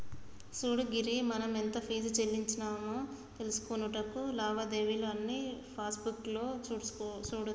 సూడు గిరి మనం ఎంత ఫీజు సెల్లించామో తెలుసుకొనుటకు లావాదేవీలు అన్నీ పాస్బుక్ లో సూడోచ్చు